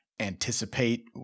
anticipate